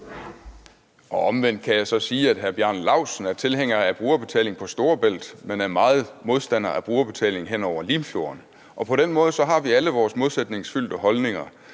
Omvendt kan jeg så sige, at hr. Bjarne Laustsen er tilhænger af brugerbetaling på Storebæltsforbindelsen, men er meget modstander af brugerbetaling hen over Limfjorden, og på den måde har vi alle vores modsætningsfyldte holdninger.